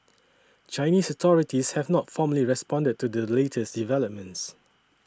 Chinese authorities have not formally responded to the latest developments